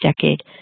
decade